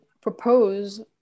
propose